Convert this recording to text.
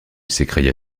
s’écria